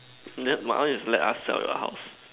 that my one is let us sell your house